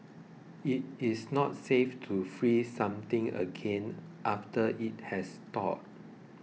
it is not safe to freeze something again after it has thawed